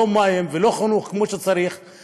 לא מים ולא חינוך כמו שצריך,